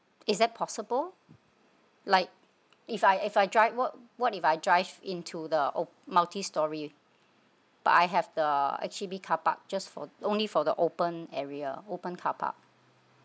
is that possible like if I if I drive what what if I drive into the o~ multi storey but I have the H_D_B carpark just for only for the open area open carpark